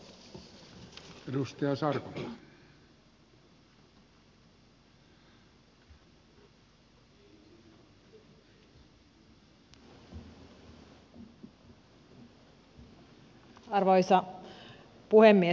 arvoisa puhemies